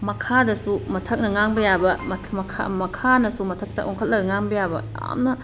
ꯃꯈꯥꯗꯁꯨ ꯃꯊꯛꯅ ꯉꯥꯡꯕ ꯌꯥꯕ ꯃꯈꯥꯅꯁꯨ ꯃꯊꯛꯇ ꯑꯣꯟꯈꯠꯂꯒ ꯉꯥꯡꯕ ꯌꯥꯕ ꯌꯥꯝꯅ